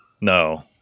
No